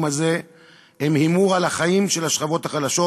הזה הם הימור על החיים של השכבות החלשות,